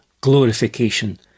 glorification